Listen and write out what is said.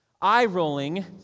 Eye-rolling